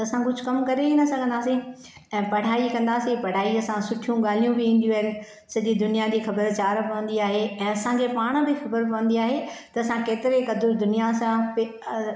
त असां कुझु कमु करे ई न सघंदासीं ऐं पढ़ाई कंदासीं पढ़ाईअ सां सुठियूं ॻाल्हियूं बि ईंदियूं आहिनि सॼी दुनिया खे ख़बर चार पवंदी आहे ऐं असांखे पाण बि ख़बर पवंदी आहे त असां केतिरे क़दुरु दुनिया सां